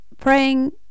praying